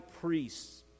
priests